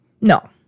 no